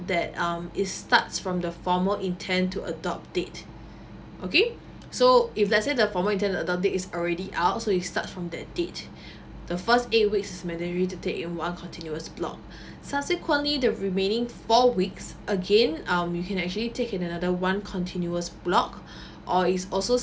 that um it's starts from the formal intent to adopt it okay so if let's say the formal intent to adopt it is already out so you start from that date the first date which is mandatory to take in one continuous block subsequently the remaining four weeks again um you can actually take in another one continuous block or is also